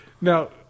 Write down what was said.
Now